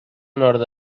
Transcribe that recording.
nord